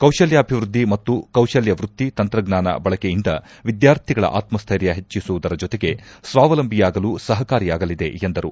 ಕೌಶಲ್ಡಾಭಿವೃದ್ದಿ ಮತ್ತು ಕೌಶಲ್ಡವೃತ್ತಿ ತಂತ್ರಜ್ಞಾನ ಬಳಕೆಯಿಂದ ವಿದ್ಯಾರ್ಥಿಗಳ ಆತಸ್ಟ್ರೆರ್ಯ ಹೆಚ್ಚಿಸುವುದರ ಜೊತೆಗೆ ಸ್ವಾವಲಂಬಿಯಾಗಲು ಸಹಕಾರಿಯಾಗಲಿದೆ ಎಂದರು